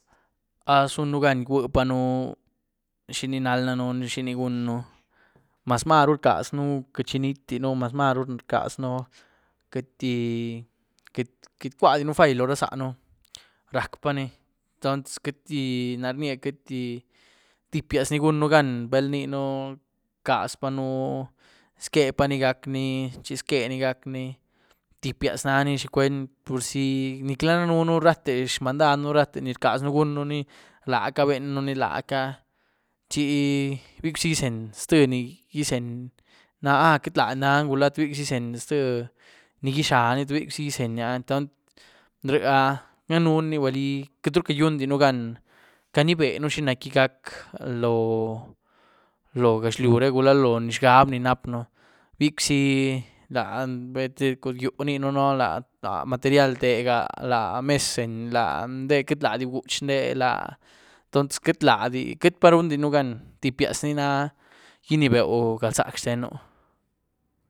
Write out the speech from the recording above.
¿Áh zunënu gan igwuepanú xini naal danën? ¿Xini gunën? Maz maru rcazën queity chinitydinu, maz maru rcazën queity-queity icwuadiën fai lo rá záën, rac'pani, entons queity, na ryía queity, tipiáz ni gunën gan balninu rcazpaën zquépani gac' ni, chi zqué ni gac' ni, tipiáz nani, xicwuengi. pur zi nic'la danën rate xmandadú, rate ni rcaznu gunën ni, laca benën ni, laca, chi tïébicw' zi izeny zté ni gyízeny náh áh queity ladi ni nan, gula tïébicw' zi izeny zté ni gíxani, tïébicw' zi izeny áh, ryë' áh danën ni bali queity ru cagyiendinu gan caníbénu xi nac'gí gac' loóh-loóh gaxliú re, lo xgan ni rap'ën, tïébicw' zi loóh tïé yúh, láh matérial tega, la mez bzeny, láh ndé queity ladi bguch'nde láh, entons queity ladi, queity pá rundinú gan, tipiáz ni ná ginibeu galzac' xtenu.